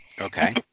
Okay